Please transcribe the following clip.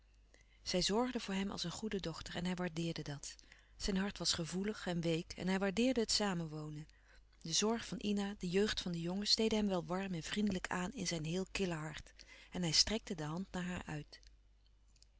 zij zorgde voor hem als een goede dochter en hij waardeerde dat zijn hart was gevoelig en week en hij waardeerde het samenwonen de zorg van ina de jeugd van de jongens deden hem wel warm en vriendelijk aan in zijn heel kille hart en hij strekte de hand naar haar uit